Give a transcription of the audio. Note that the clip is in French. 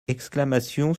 exclamations